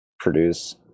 produce